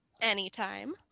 Anytime